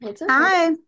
Hi